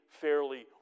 fairly